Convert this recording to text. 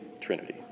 trinity